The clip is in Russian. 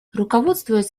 руководствуясь